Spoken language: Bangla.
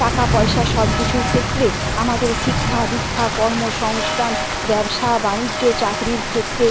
টাকা পয়সা সব কিছুর ক্ষেত্রে আমাদের শিক্ষা দীক্ষা কর্ম সংস্থান ব্যবসা বাণিজ্য চাকরির ক্ষেত্রে